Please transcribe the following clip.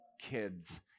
kids